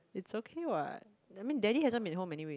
it's okay what I mean daddy hasn't been home anyway